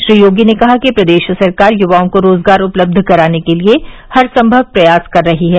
श्री योगी ने कहा कि प्रदेश सरकार युवाओं को रोजगार उपलब्ध कराने के लिए हरसम्भव प्रयास कर रही है